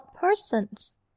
persons